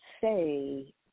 say